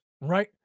right